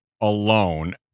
alone